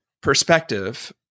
perspective